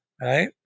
right